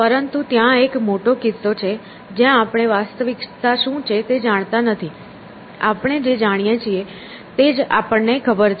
પરંતુ ત્યાં એક મોટો કિસ્સો છે જ્યાં આપણે વાસ્તવિકતા શું છે તે જાણતા નથી આપણે જે જાણીએ છીએ તે જ આપણને ખબર છે